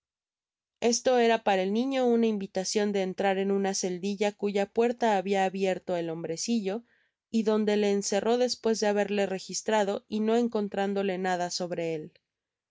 esto era para el niño una invitacion de entrar en una celdilla cuya puerta habia abierto el hombrecillo y donde le encerró despues de haberle registrado y no encontrándole nada sobre él